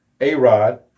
A-Rod